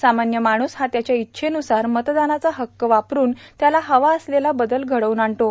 सामान्य माणूस हा त्याच्या इच्छेन्सार मतदानाचा हक्क वापरून त्याला हवा असलेला बदल घडवून आणतो